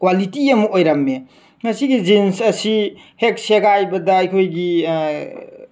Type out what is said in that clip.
quality ꯑꯃ ꯑꯣꯏꯔꯝꯃꯦ ꯑꯁꯤꯒꯤ ꯖꯤꯟꯁ ꯑꯁꯤ ꯍꯦꯛ ꯁꯦꯒꯥꯏꯕꯗ ꯑꯩꯈꯣꯏꯒꯤ